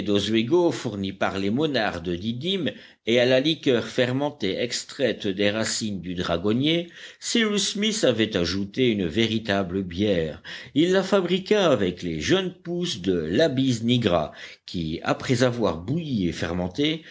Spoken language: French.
d'oswego fourni par les monardes didymes et à la liqueur fermentée extraite des racines du dragonnier cyrus smith avait ajouté une véritable bière il la fabriqua avec les jeunes pousses de l'abies nigra qui après avoir bouilli et fermenté